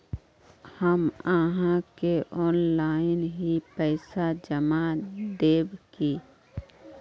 हम आहाँ के ऑनलाइन ही पैसा जमा देब की?